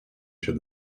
się